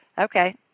Okay